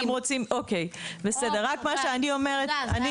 לימור סון הר מלך (עוצמה יהודית): אני